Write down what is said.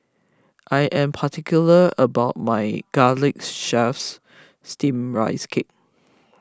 I am particular about my Garlic Chives Steamed Rice Cake